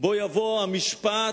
בוא יבוא המשפט,